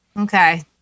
Okay